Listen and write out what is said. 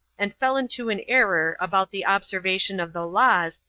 and fell into an error about the observation of the laws,